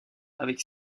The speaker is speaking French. avec